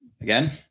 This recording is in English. Again